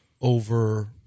over